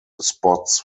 spots